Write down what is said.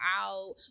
out